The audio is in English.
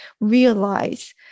realize